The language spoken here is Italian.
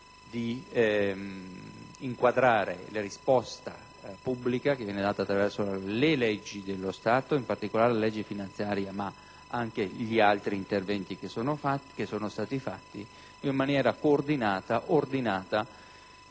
di inquadrare la risposta pubblica che viene data attraverso le leggi dello Stato (in particolare con la legge finanziaria, ma anche con gli altri interventi realizzati), in maniera coordinata, ordinata